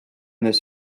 this